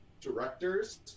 directors